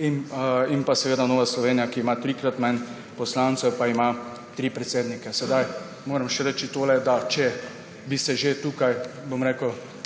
in Nova Slovenija, ki ima trikrat manj poslancev, ima tri predsednike. Moram reči še, da če bi se že tukaj